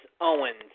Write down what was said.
Owens